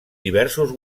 diversos